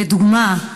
לדוגמה,